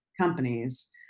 companies